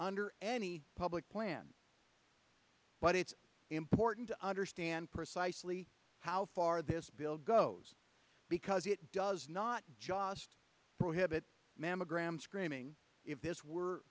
under any public plan but it's important to understand precisely how far this bill goes because it does not just prohibit mammogram screening if this were